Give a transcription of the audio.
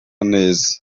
neza